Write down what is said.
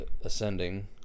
ascending